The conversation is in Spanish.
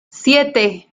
siete